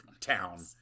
town